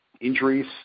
injuries